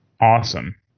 Awesome